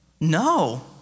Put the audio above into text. no